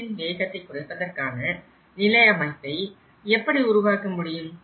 காற்றின் வேகத்தை குறைப்பதற்கான நில அமைப்பை எப்படி உருவாக்க முடியும்